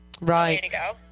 right